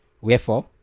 Wherefore